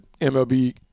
MLB